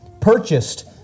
Purchased